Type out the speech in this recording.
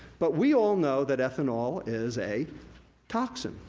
but, we all know that ethanol is a toxin,